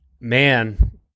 man